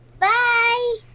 Bye